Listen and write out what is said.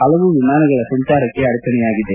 ಹಲವು ವಿಮಾನಗಳ ಸಂಚಾರಕ್ಕೆ ಅಡೆಚಣೆಯಾಗಿದೆ